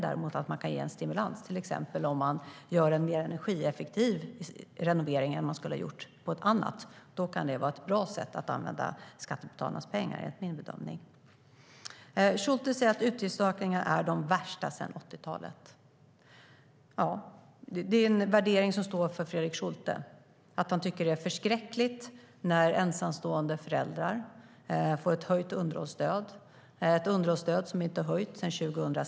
Däremot kan man ge en stimulans till exempel om någon gör en mer energieffektiv renovering än vad som skulle ha gjorts på ett annat håll. Då kan det vara ett bra sätt att använda skattebetalarnas pengar, enligt min bedömning. Schulte säger att utgiftsökningarna är de värsta sedan 80-talet. Det är en värdering som står för Fredrik Schulte att han tycker att det är förskräckligt när ensamstående föräldrar får ett höjt underhållsstöd - ett underhållsstöd som inte har höjts sedan 2006.